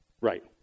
Right